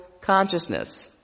consciousness